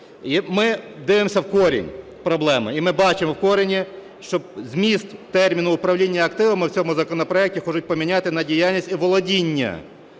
ми дивимося в корінь проблеми, і ми бачимо в корені, що зміст терміну "управління активами" в цьому законопроекті хочуть поміняти на "діяльність і володіння,